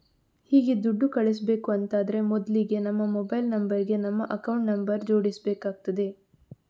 ಹೀಗೆ ದುಡ್ಡು ಕಳಿಸ್ಬೇಕು ಅಂತಾದ್ರೆ ಮೊದ್ಲಿಗೆ ನಮ್ಮ ಮೊಬೈಲ್ ನಂಬರ್ ಗೆ ನಮ್ಮ ಅಕೌಂಟ್ ನಂಬರ್ ಜೋಡಿಸ್ಬೇಕಾಗ್ತದೆ